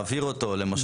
מעביר אותו למשלים שב"ן.